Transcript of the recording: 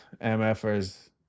MFers